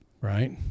Right